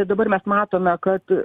dabar mes matome kad